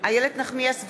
איילת נחמיאס ורבין,